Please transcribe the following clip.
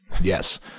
Yes